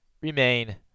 remain